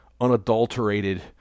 unadulterated